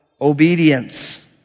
Obedience